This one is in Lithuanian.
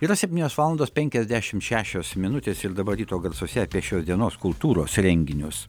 yra septynios valandos penkiasdešimt šešios minutės ir dabar ryto garsuose apie šios dienos kultūros renginius